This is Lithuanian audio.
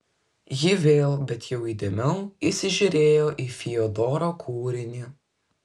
ji vėl bet jau įdėmiau įsižiūrėjo į fiodoro kūrinį